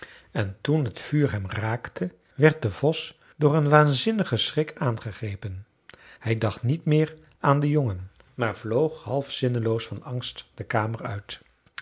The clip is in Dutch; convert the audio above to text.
en toen t vuur hem raakte werd de vos door een waanzinnigen schrik aangegrepen hij dacht niet meer aan den jongen maar vloog half zinneloos van angst de kamer uit